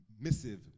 Missive